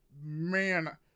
man